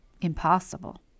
Impossible